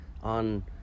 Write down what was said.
on